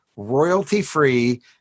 royalty-free